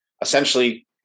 essentially